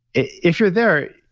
if you're there,